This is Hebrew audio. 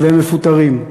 והם מפוטרים.